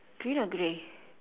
green or grey